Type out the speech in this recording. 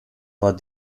war